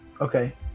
Okay